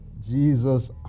Jesus